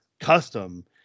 custom